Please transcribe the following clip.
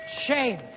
Shame